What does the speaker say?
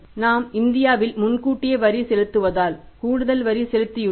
நாம் இந்தியாவில் முன்கூட்டியே வரி செலுத்துவதால் கூடுதல் வரி செலுத்தியுள்ளோம்